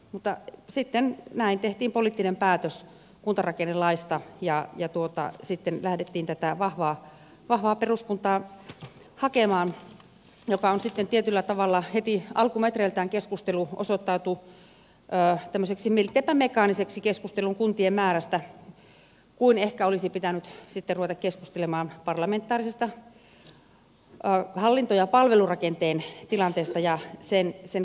mutta sitten näin tehtiin poliittinen päätös kuntarakennelaista ja sitten lähdettiin tätä vahvaa peruskuntaa hakemaan ja sitten tietyllä tavalla heti alkumetreiltään keskustelu osoittautui milteipä mekaaniseksi keskusteluksi kuntien määrästä kun ehkä olisi pitänyt sitten ruveta keskustelemaan parlamentaarisesti hallinto ja palvelurakenteen tilanteesta ja sen kehittämisestä